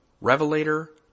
revelator